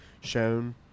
shown